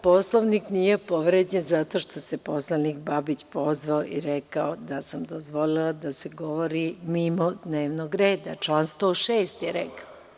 Poslovnik nije povređen zato što se poslanik Babić pozvao i rekao da sam dozvolila da se govori mimo dnevnog reda, član 106. je rekao.